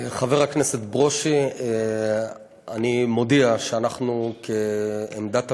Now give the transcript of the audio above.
חבר הכנסת ברושי, אני מודיע שאנחנו, עמדת המשרד,